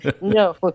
no